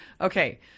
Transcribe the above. okay